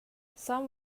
some